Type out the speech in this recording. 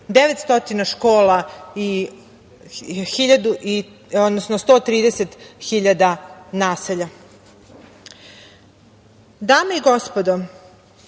900 škola i 130.000 naselja. Dame i gospodo,